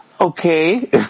okay